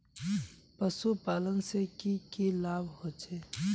पशुपालन से की की लाभ होचे?